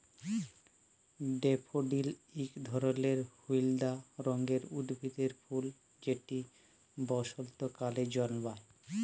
daffodil ইক ধরলের হইলদা রঙের উদ্ভিদের ফুল যেট বসল্তকালে জল্মায়